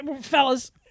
fellas